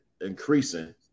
increasing